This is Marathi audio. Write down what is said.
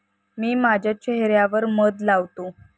मी माझ्या चेह यावर मध लावते